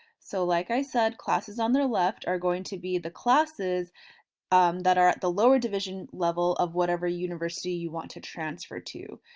so like i said classes on the left are going to be the classes that are at the lower division level of whatever university you want to transfer to.